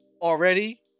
already